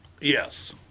Yes